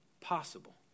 possible